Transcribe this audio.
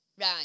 Right